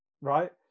right